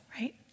right